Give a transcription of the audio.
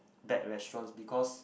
bad restaurants because